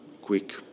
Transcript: quick